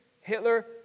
Hitler